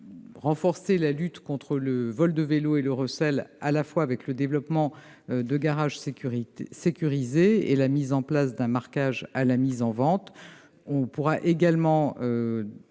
de renforcer la lutte contre le vol de vélos et le recel grâce au développement de garages sécurisés et à la mise en place d'un marquage pour la mise en vente.